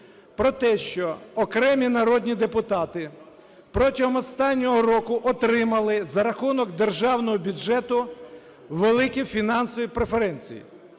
про те, що окремі народні депутати протягом останнього року отримали за рахунок державного бюджету великі фінансові преференції.